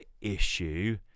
issue